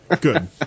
Good